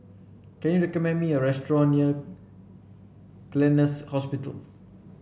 can you recommend me a restaurant near Gleneagles Hospital